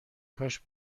کاش